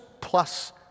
plus